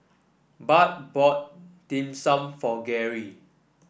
Bart bought Dim Sum for Geri